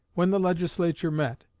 when the legislature met,